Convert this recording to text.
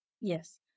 Yes